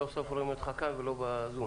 סוף סוף רואים אותך כאן ולא בזום.